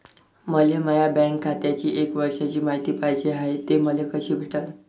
मले माया बँक खात्याची एक वर्षाची मायती पाहिजे हाय, ते मले कसी भेटनं?